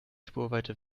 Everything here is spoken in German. spurweite